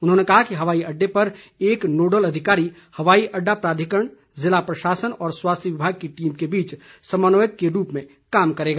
उन्होंने कहा कि हवाई अड्डे पर एक नोडल अधिकारी हवाई अड्डा प्राधिकरण जिला प्रशासन व स्वास्थ्य विभाग की टीम के बीच समन्वयक के रूप में काम करेगा